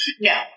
No